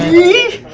eve